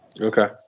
Okay